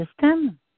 system